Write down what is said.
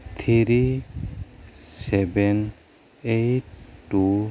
three seven eight two